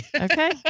Okay